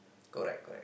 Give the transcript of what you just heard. correct correct